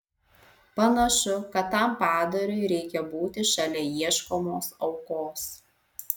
panašu kad tam padarui reikia būti šalia ieškomos aukos